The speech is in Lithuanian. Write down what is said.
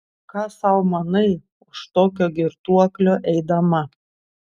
ką sau manai už tokio girtuoklio eidama